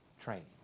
training